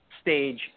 stage